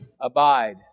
Abide